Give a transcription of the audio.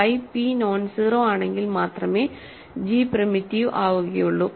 phi p nonzero ആണെങ്കിൽ മാത്രമേ g primitive ആവുകയുള്ളൂ